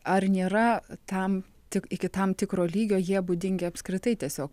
ar nėra tam tik iki tam tikro lygio jie būdingi apskritai tiesiog